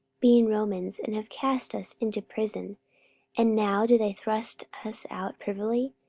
being romans, and have cast us into prison and now do they thrust us out privily?